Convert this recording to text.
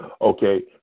okay